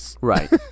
Right